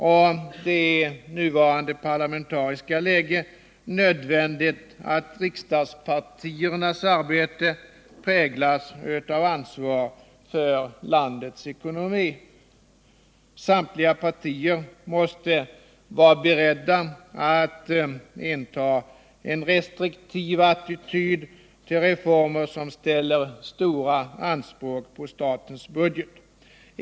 Det är i nuvarande parlamentariska läge nödvändigt att riksdagspartiernas arbete präglas av ansvar för landets ekonomi. Samtliga partier måste vara beredda att inta en restriktiv attityd till reformer som ställer stora anspråk på statens budget.